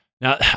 Now